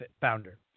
founder